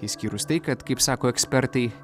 išskyrus tai kad kaip sako ekspertai